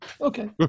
Okay